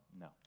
No